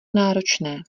náročné